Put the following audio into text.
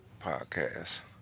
Podcast